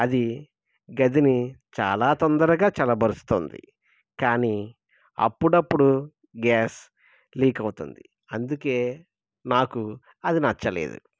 అది గదిని చాలా తొందరగా చల్ల పరుస్తుంది కానీ అప్పుడప్పుడు గ్యాస్ లీక్ అవుతుంది అందుకని నాకు అది నచ్చలేదు